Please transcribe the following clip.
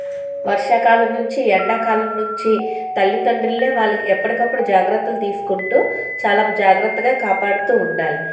వర్షాకాలం నుంచి ఎండాకాలం నుంచి తల్లితండ్రులే వాళ్ళకి ఎప్పటికప్పుడు జాగ్రత్తలు తీసుకుంటూ చాలా జాగ్రత్తగా కాపాడుతూ ఉండాలి